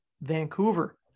Vancouver